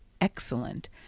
excellent